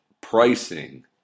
pricing